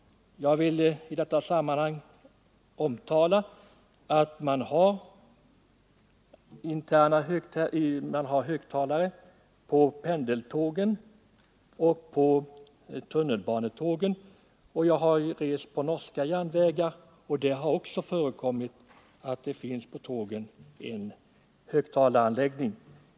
I detta sammanhang vill jag omtala att man har högtalare på pendeltågen och tunnelbanetågen. Jag har rest på norska järnvägar och där har det förekommit att man haft högtalaranläggningar.